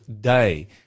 day